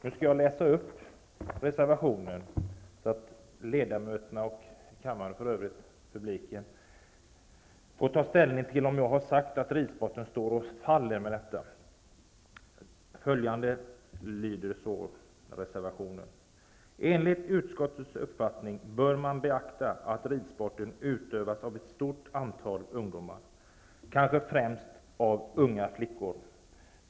Nu skall jag läsa upp reservationen, så att ledamöterna och publiken får ta ställning till om jag har sagt att ridsporten står och faller med detta. Reservationen lyder så här: ''Enligt utskottets uppfattning bör man beakta att ridsporten utövas av ett stort antal ungdomar, kanske främst av unga flickor.